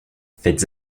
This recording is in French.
faites